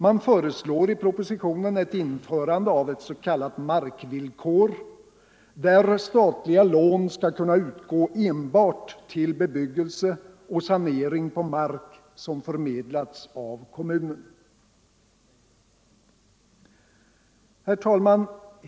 Man föreslår i propositionen ett införande av s.k. markvillkor där statliga lån skall kunna utgå enbart till bebyggelse och sanering på mark som förmedlats av kommunen. Herr talman!